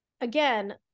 again